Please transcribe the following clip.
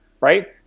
right